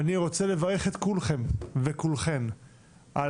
אני רוצה לברך את כולכם וכולכן על